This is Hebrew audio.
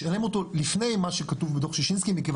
משלמים אותו לפני מה שכתוב בדו"ח שישינסקי מכיוון